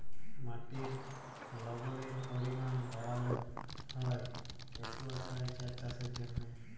মাটির লবলের পরিমাল বাড়ালো হ্যয় একুয়াকালচার চাষের জ্যনহে